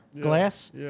glass